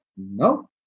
No